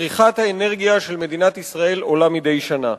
צריכת האנרגיה של מדינת ישראל עולה מדי שנה,